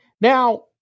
Now